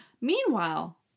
Meanwhile